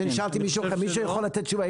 אז אני שואל את מי שיכול לתת תשובה.